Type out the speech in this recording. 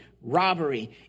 robbery